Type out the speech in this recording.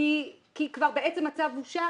כי בעצם הצו כבר אושר?